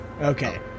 Okay